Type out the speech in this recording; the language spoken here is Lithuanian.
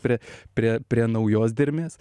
prie prie prie naujos dermės